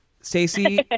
Stacey